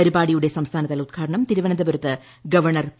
പരിപാടിയുടെ സംസ്ഥാനതല ഉദ്ഘാടനം തിരുവനന്തപുരത്ത് ഗവർണ്ണർ പി